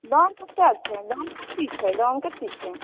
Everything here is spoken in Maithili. दाम कते छै दाम कतेक छै दाम कतेक छै